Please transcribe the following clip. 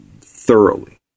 thoroughly